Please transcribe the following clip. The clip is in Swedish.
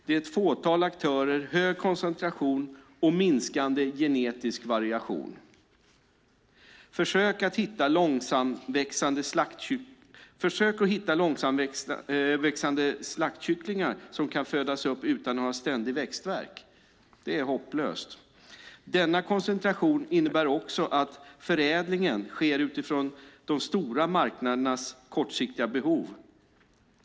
Det är ett fåtal aktörer, hög koncentration och minskande genetisk variation. Försök att hitta långsamväxande slaktkycklingar som kan födas upp utan att ha ständig växtvärk! Det är hopplöst. Denna koncentration innebär också att förädlingen sker utifrån de stora marknadernas kortsiktiga behov.